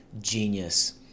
genius